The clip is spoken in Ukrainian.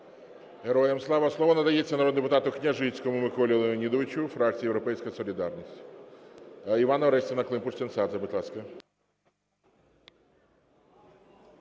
Героям слава! Слово надається народному депутату Княжицькому Миколі Леонідовичу, фракція "Європейська солідарність".